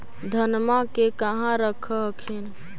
धनमा के कहा रख हखिन?